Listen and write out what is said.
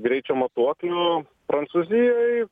greičio matuoklių prancūzijoj